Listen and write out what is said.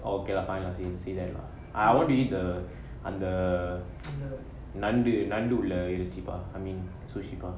oh okay lah fine lah see see there lah I want to eat the and the அந்த நண்டு நண்டு உள்ள இறைச்சி பா:antha nandu nandu ulla iraichi paa I mean sushi பா:paa